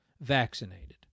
vaccinated